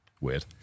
weird